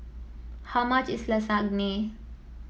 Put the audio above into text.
how much is Lasagne